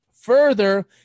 Further